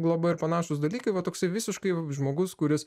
globa ir panašūs dalykai va toksai visiškai žmogus kuris